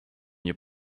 your